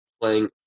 playing